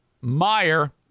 Meyer